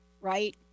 right